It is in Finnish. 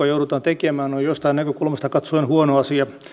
joudutaan tekemään on jostain näkökulmasta katsoen huono asia